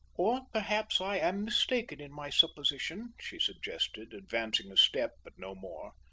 or perhaps i am mistaken in my supposition, she suggested, advancing a step, but no more.